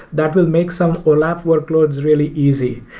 that will make some olap workloads really easy.